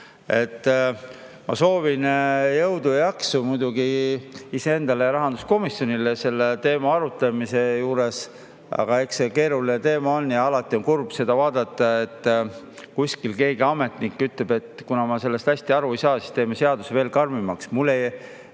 Ma soovin jõudu ja jaksu muidugi iseendale ja rahanduskomisjonile selle teema arutamiseks. Eks see keeruline teema on. Aga alati on kurb vaadata, kui kuskil ametnik ütleb, et kuna ma sellest hästi aru ei saa, siis teeme seaduse veel karmimaks. Ma ei